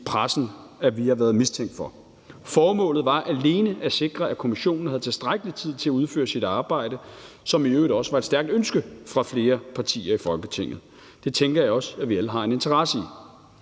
pressen at vi har været mistænkt for. Formålet var alene at sikre, at kommissionen havde tilstrækkelig tid til at udføre sit arbejde, hvilket i øvrigt også var et stærkt ønske fra flere partier i Folketinget. Det tænker jeg også at vi alle har en interesse i.